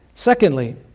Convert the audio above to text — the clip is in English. Secondly